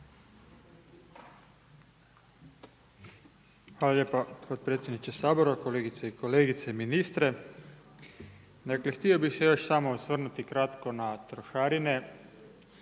Hvala lijepa potpredsjedniče Sabora, kolegice i kolege, ministre. Dakle htio bih se još samo osvrnuti kratko na trošarine